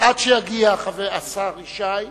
עד שיגיע השר ישי,